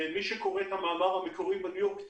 מי שקורא את המאמר המקורי בניו יורק טיימס,